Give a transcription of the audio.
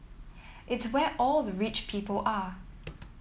it's where all the rich people are